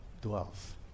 dwells